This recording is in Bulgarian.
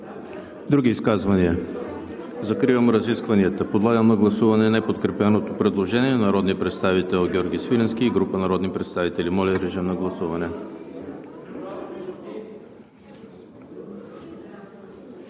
Други изказвания? Няма. Закривам разискванията. Подлагам на гласуване неподкрепеното предложение на народния представител Георги Свиленски и група народни представители. Гласували